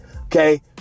Okay